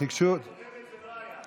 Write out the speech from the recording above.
לא היה.